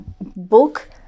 book